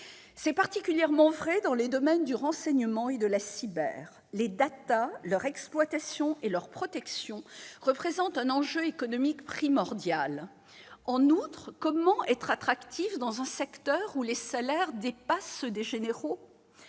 C'est particulièrement vrai dans les domaines du renseignement et de la cyberdéfense. Les, leur exploitation et leur protection représentent un enjeu économique primordial. En outre, comment être attractif dans un secteur où les salaires dépassent ceux des généraux ?